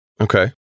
Okay